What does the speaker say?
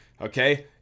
okay